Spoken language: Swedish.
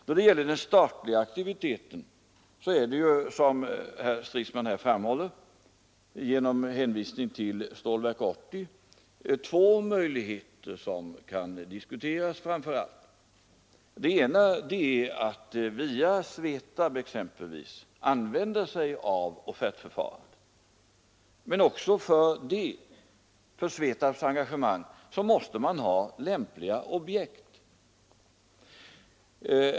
Då det gäller den statliga aktiviteten är det, som herr Stridsman här framhåller genom hänvisning till Stålverk 80, två möjligheter som kan diskuteras framför allt. Den ena är att via SVETAB exempelvis använda sig av offertförfarandet, men också för SVETAB:s engagemang måste man ha lämpliga objekt.